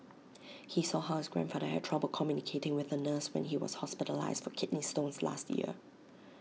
he saw how his grandfather had trouble communicating with A nurse when he was hospitalised for kidney stones last year